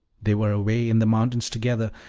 they were away in the mountains together,